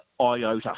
iota